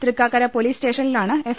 Thrikkakara police സ്റ്റേഷനിലാണ് F